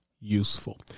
useful